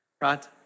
right